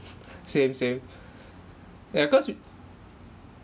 same same ya cause we